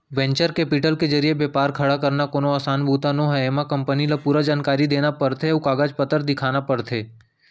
venture capital के जरिए बेपार खड़ा करना कोनो असान बूता नोहय एमा कंपनी ल पूरा जानकारी देना परथे अउ कागज पतर दिखाना परथे